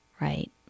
right